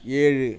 ஏழு